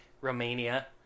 Romania